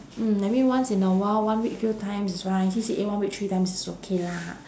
mm maybe once in a while one week few times it's fine C_C_A one week three times it's okay lah